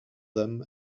them